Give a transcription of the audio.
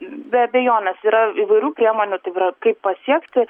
be abejonės yra įvairių priemonių tai yra kaip pasiekti